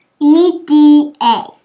E-D-A